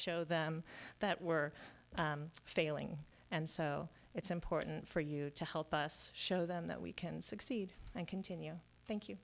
show them that we're failing and so it's important for you to help us show them that we can succeed and continue thank you